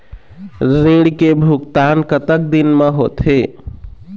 ऋण के भुगतान कतक दिन म होथे?